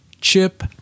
chip